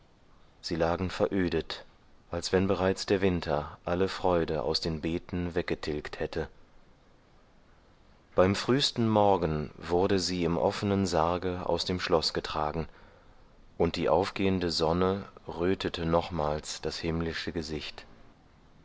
sie lagen verödet als wenn bereits der winter alle freude aus den beeten weggetilgt hätte beim frühsten morgen wurde sie im offnen sarge aus dem schloß getragen und die aufgehende sonne rötete nochmals das himmlische gesicht